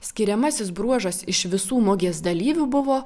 skiriamasis bruožas iš visų mugės dalyvių buvo